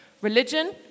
religion